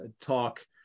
talk